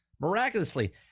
Miraculously